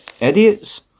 idiots